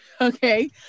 Okay